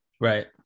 Right